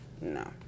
No